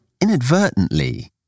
inadvertently